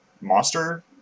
monster